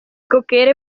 cocchiere